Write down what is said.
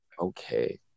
okay